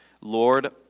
Lord